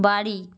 বাড়ি